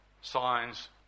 Signs